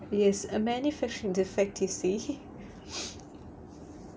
it has a manufacturing defect you see